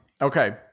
Okay